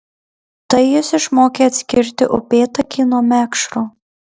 tai jis išmokė atskirti upėtakį nuo mekšro